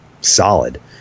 solid